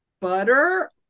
butter